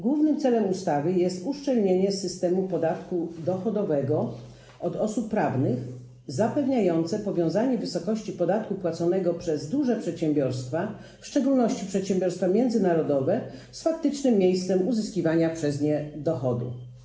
Głównym celem ustawy jest uszczelnienie systemu podatku dochodowego od osób prawnych zapewniające powiązanie wysokości podatku płaconego przez duże przedsiębiorstwa, w szczególności przedsiębiorstwa międzynarodowe, z faktycznym miejscem uzyskiwania przez nie dochodu.